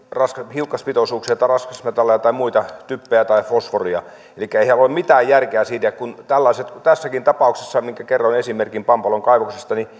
hiukkaspitoisuuksia tai raskasmetalleja tai muita typpeä tai fosforia elikkä eihän siinä ole mitään järkeä kun se hoituu kuten tässäkin tapauksessa minkä kerroin esimerkin pampalon kaivoksesta